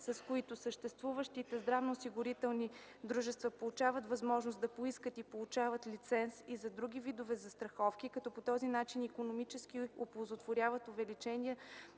с които: - съществуващите здравноосигурителни дружества получават възможност да поискат и получат лиценз и за други видове застраховки, като по този начин икономически оползотворят увеличения